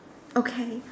okay